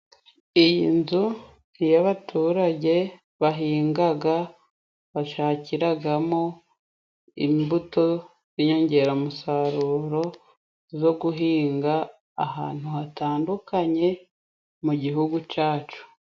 Iyi nzu ni iy'abaturage bahingaga bashakiraga mo imbuto n'inyongeramusaruro zo guhinga ahantu hatandukanye, mu gihugu cyacu.